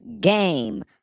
Game